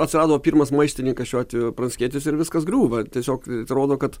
atsirado pirmas maištininkas šiuo atveju pranckietis ir viskas griūva tiesiog atrodo kad